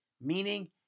meaning